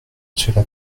cela